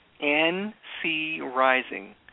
N-C-Rising